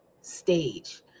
stage